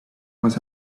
must